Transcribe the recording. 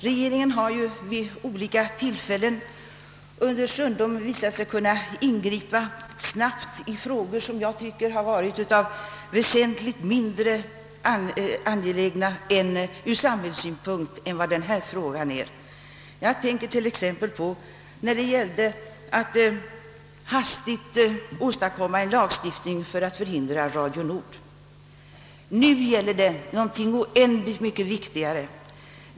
Regeringen har vid olika tillfällen un derstundom visat sig kunna ingripa snabbt i frågor som har varit väsentligt mindre angelägna ur samhällssynpunkt än vad denna fråga är. — Hur snabbt gick det t.ex. inte att åstadkomma en lagstiftning för att förhindra Radio Nords verksamhet. Nu gäller det någonting oändligt viktigare.